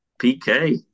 PK